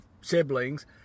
siblings